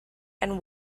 and